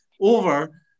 over